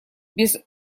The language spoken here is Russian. без